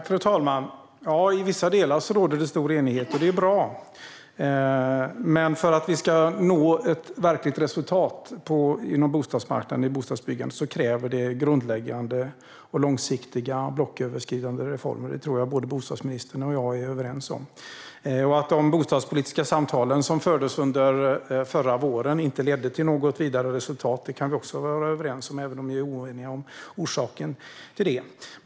Fru talman! I vissa delar råder det stor enighet, och det är bra. Men för att vi ska nå ett verkligt resultat på bostadsmarknaden och i bostadsbyggandet krävs grundläggande och långsiktiga blocköverskridande reformer; det tror jag att bostadsministern och jag är överens om. Att de bostadspolitiska samtal som fördes under förra våren inte ledde till något vidare resultat kan vi också vara överens om, även om vi är oeniga om orsaken till det.